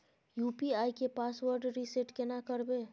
UPI के password reset केना करबे?